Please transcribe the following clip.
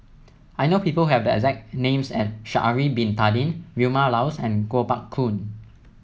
I know people have the exact names as Sha'ari Bin Tadin Vilma Laus and Kuo Pao Kun